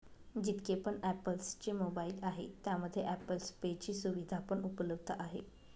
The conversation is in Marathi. जितके पण ॲप्पल चे मोबाईल आहे त्यामध्ये ॲप्पल पे ची सुविधा पण उपलब्ध आहे